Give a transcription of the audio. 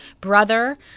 brother